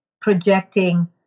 projecting